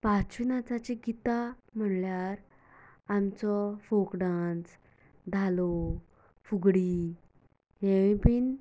पाश्व नाचाचीं गीतां म्हणल्यार आमचो फोक डान्स धालो फुगडी हेवूय बी